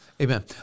Amen